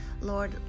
Lord